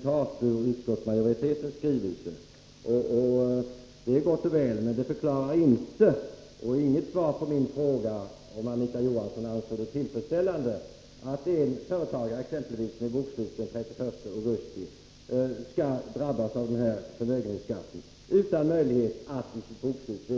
Detta är gott och väl, men det är inget svar på min fråga, om Anita Johansson anser det tillfredsställande att exempelvis en företagare med bokslut den 31 augusti skall drabbas av denna förmögenhetsskatt utan att ha möjlighet att i sitt bokslut